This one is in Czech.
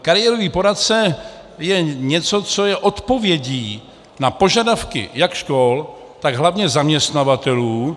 Kariérový poradce je něco, co je odpovědí na požadavky jak škol, tak hlavně zaměstnavatelů.